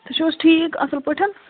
تُہۍ چھُو حظ ٹھیٖک اَصٕل پٲٹھۍ